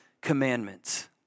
commandments